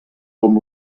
com